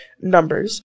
numbers